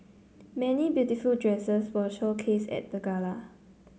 many beautiful dresses were showcased at the gala